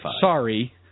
Sorry